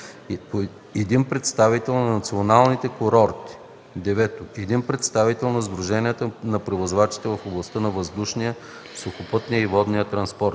един представител на националните курорти; 9. един представител на сдруженията на превозвачите в областта на въздушния, сухопътния и водния транспорт;